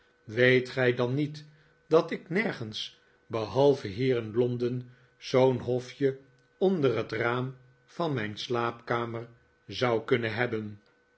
weet gij dan niet dat ik nergens behalve hier in londen zoo'n hofje onder het raam van mijn slaapkamer zou kunnen hebben